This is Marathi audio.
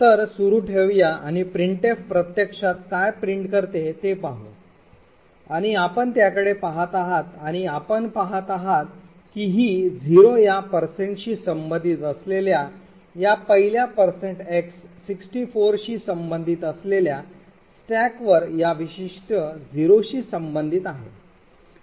तर सुरू ठेवूया आणि printf प्रत्यक्षात काय प्रिंट करते ते पाहू आणि आपण त्याकडे पहात आहात आणि आपण पाहत आहात की ही 0 या शी संबंधित असलेल्या या पहिल्या x 64 शी संबंधित असलेल्या स्टॅकवर या विशिष्ट 0 शी संबंधित आहे